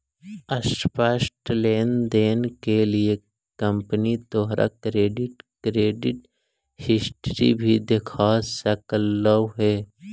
short loan देने के लिए कंपनी तोहार क्रेडिट क्रेडिट हिस्ट्री भी देख सकलउ हे